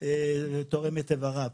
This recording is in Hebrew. תורם את איבריו,